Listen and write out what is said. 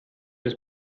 das